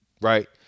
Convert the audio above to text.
right